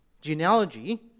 genealogy